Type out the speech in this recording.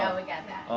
yeah, we got that.